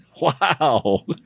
Wow